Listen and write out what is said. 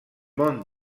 món